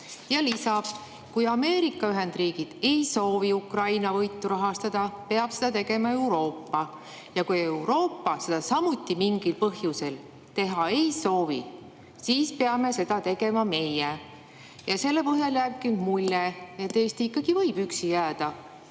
Ja lisas: "Kui Ameerika Ühendriigid ei soovi Ukraina võitu rahastada, peab seda tegema Euroopa, ja kui Euroopa seda samuti mingil põhjusel teha ei soovi, siis peame seda tegema meie." Selle põhjal jääbki nüüd mulje, et Eesti ikkagi võib üksi jääda.